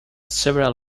several